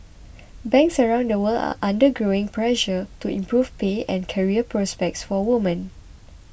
banks around the world are under growing pressure to improve pay and career prospects for women